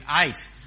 eight